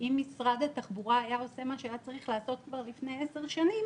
ואם משרד התחבורה היה עושה מה שהיה צריך לעשות כבר לפני עשר שנים